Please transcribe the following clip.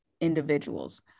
individuals